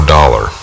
Dollar